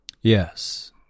Yes